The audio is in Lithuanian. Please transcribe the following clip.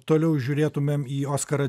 toliau žiūrėtumėm į oskarą